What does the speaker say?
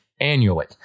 annually